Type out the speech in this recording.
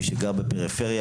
מי שגר בפריפריה.